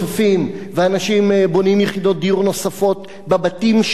ואנשים בונים יחידות דיור נוספות בבתים שלהם.